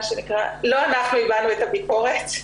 מה שנקרא, לא אנחנו הבענו את הביקורת.